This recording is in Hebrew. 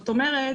זאת אומרת,